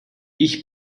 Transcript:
ich